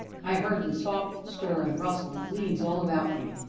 i heard the soft stir and rustle of leaves all about me,